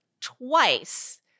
twice